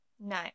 No